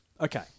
Okay